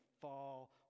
fall